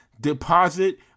deposit